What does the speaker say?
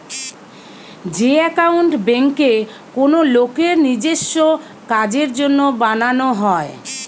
যে একাউন্ট বেঙ্কে কোনো লোকের নিজেস্য কাজের জন্য বানানো হয়